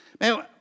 Man